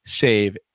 save